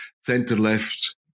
center-left